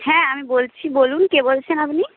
হ্যাঁ আমি বলছি বলুন কে বলছেন আপনি